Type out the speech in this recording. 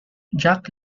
jack